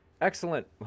excellent